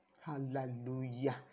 Hallelujah